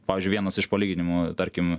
pavyzdžiui vienas iš palyginimų tarkim